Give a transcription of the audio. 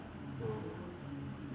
mm